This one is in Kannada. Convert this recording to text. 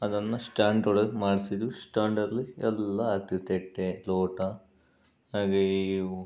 ಅದನ್ನು ಸ್ಟ್ಯಾಂಡ್ ಒಳಗೆ ಮಾಡಿಸಿದ್ವಿ ಸ್ಟ್ಯಾಂಡಲ್ಲಿ ಎಲ್ಲ ಹಾಕ್ತೀವಿ ತಟ್ಟೆ ಲೋಟ ಹಾಗೆಯೇ ಇವು